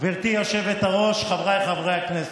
גברתי היושבת-ראש, חבריי חברי הכנסת,